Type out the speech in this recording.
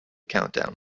countdown